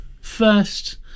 First